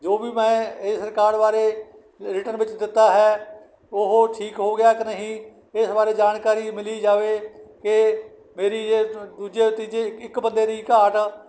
ਜੋ ਵੀ ਮੈਂ ਇਸ ਰਿਕਾਰਡ ਬਾਰੇ ਰਿਟਨ ਵਿੱਚ ਦਿੱਤਾ ਹੈ ਉਹ ਠੀਕ ਹੋ ਗਿਆ ਕਿ ਨਹੀਂ ਇਸ ਬਾਰੇ ਜਾਣਕਾਰੀ ਮਿਲੀ ਜਾਵੇ ਕਿ ਮੇਰੀ ਇਹ ਦੂਜੇ ਤੀਜੇ ਇੱਕ ਬੰਦੇ ਦੀ ਘਾਟ